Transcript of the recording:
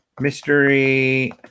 Mystery